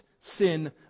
sin